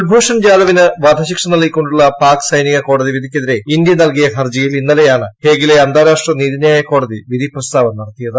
കുൽഭൂഷൺ ജാദവിന് വധശിക്ഷ നൽകിക്കൊണ്ടുള്ള പാക് സൈനിക കോടതി വിധിക്കെതിരെ ഇന്ത്യ നൽകിയ ഹർജിയിൽ ഇന്നലെയാണ് ഹേഗിലെ അന്താരാഷ്ട്ര നീതിന്യായ കോടതി വിധി പ്രസ്താവം നടത്തിയത്